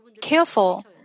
careful